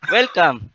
Welcome